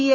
I